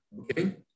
Okay